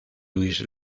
luis